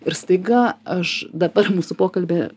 ir staiga aš dabar mūsų pokalbį